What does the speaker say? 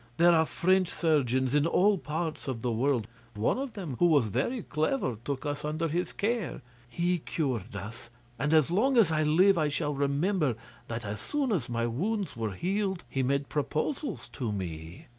there are french surgeons in all parts of the world one of them who was very clever took us under his care he cured us and as long as i live i shall remember that as soon as my wounds were healed he made proposals to me.